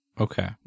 Okay